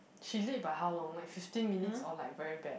she late by how long like fifteen minutes or like very bad